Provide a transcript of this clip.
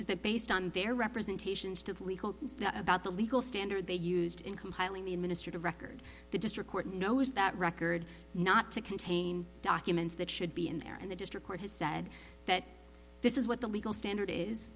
that based on their representations to the about the legal standard they used in compiling the minister to record the district court knows that record not to contain documents that should be in there and the district court has said that this is what the legal standard is